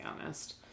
honest